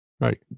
Right